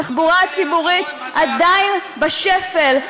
התחבורה הציבורית עדיין בשפל,